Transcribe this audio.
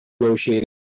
negotiating